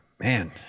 man